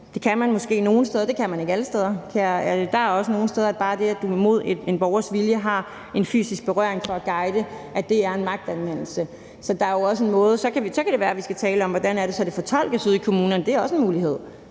det kan man måske nogle steder, det kan man ikke alle steder. Der er også nogle steder, hvor bare det, at du imod en borgers vilje har en fysisk berøring for at guide, er magtanvendelse. Så kan det være, vi skal tale om, hvordan det så er, det fortolkes ude i kommunerne, for det er også en mulighed,